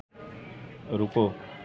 रुको